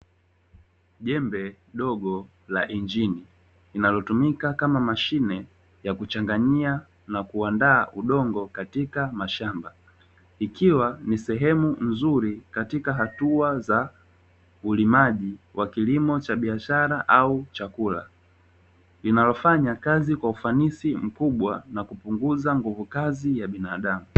Jembe dogo la injini linalotumika kama mashine ya kuchanganyia na kuandaa udongo katika mashamba, ikiwa ni sehemu nzuri katika hatua za ulimaji wa kilimo cha biashara au chakula, inayofanya kazi kwa ufanisi mkubwa na kupunguza nguvu kazi ya binadamu.